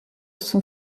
sont